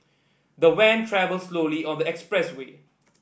the van travelled slowly on the expressway